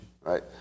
right